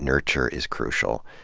nurture is crucial,